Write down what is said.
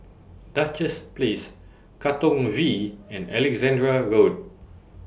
Duchess Place Katong V and Alexandra Road